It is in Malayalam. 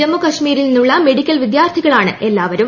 ജമ്മു കശ്മീരിൽ നിന്നുള്ള മെഡിക്കൽ വിദ്യാർത്ഥികളാണ് എല്ലാവരും